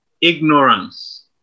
ignorance